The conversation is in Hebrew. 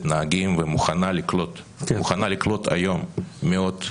נהגים ומוכנה לקלוט היום מאות נהגים,